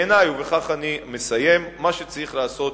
בעיני, ובכך אני מסיים, מה שצריך לעשות